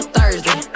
Thursday